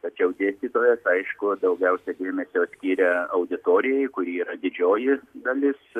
tačiau dėstytojas aišku daugiausia dėmesio skiria auditorijai kuri yra didžioji dalis